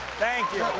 thank you,